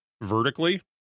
vertically